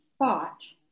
Thought